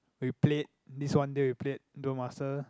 we played this one then we played Duel-Master